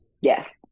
Yes